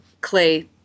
clay